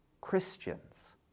Christians